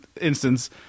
instance